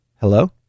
hello